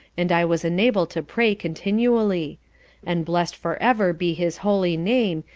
and i was enabled to pray continually and blessed for ever be his holy name,